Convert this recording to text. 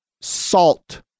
salt